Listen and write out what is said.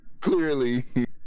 Clearly